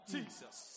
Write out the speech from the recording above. Jesus